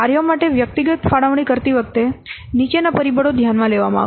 કાર્યો માટે વ્યક્તિગત ફાળવણી કરતી વખતે નીચેના પરિબળો ધ્યાનમાં લેવામાં આવશે